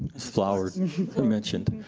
flour mentioned. fluor. mentioned.